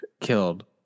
killed